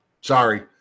Sorry